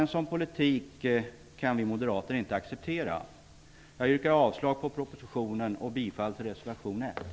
En sådan politik kan vi moderater inte acceptera. Jag yrkar avslag på propositionen och bifall till reservation 1.